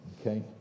Okay